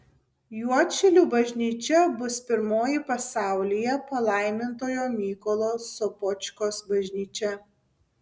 juodšilių bažnyčia bus pirmoji pasaulyje palaimintojo mykolo sopočkos bažnyčia